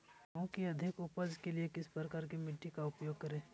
गेंहू की अधिक उपज के लिए किस प्रकार की मिट्टी का उपयोग करे?